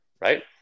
right